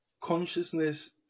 consciousness